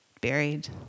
buried